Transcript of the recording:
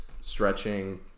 stretching